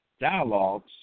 dialogues